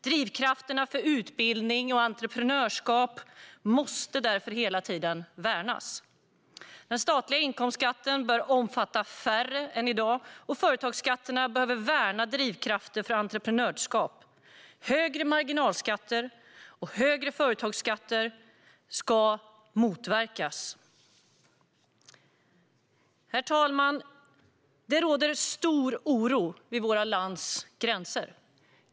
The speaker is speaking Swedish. Drivkrafterna för utbildning och entreprenörskap måste därför hela tiden värnas. Den statliga inkomstskatten bör omfatta färre än i dag, och företagsskatterna behöver värna drivkrafter för entreprenörskap. Högre marginalskatter och företagsskatter ska motverkas. Herr talman! Det råder stor oro vid vårt lands gränser.